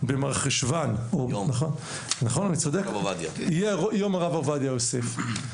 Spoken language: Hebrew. במרחשוון יהיה יום הרב עובדיה יוסף,